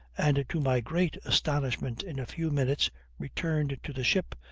and to my great astonishment in a few minutes returned to the ship,